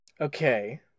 Okay